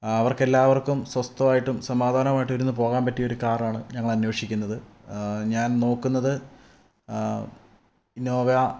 അവർക്കെല്ലാവർക്കും സ്വസ്ഥവായിട്ടും സമാധാനമായിട്ടിരുന്ന് പോകാൻ പറ്റിയൊരു കാറാണ് ഞങ്ങളന്വേഷിക്കുന്നത് ഞാൻ നോക്കുന്നത് ഇന്നോവ